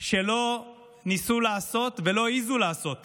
שלא ניסו לעשות ולא העזו לעשות